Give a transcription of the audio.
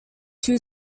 two